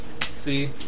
See